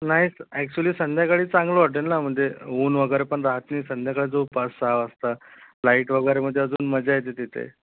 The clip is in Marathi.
नाहीच ॲक्चुअली संध्याकाळी चांगलं वाटेल ना म्हणजे ऊन वगैरे पण राहत नाही संध्याकाळी जाऊ पाच सहा वाजता लाईट वगैरे म्हणजे अजून मजा येते तिथे